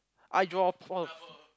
I draw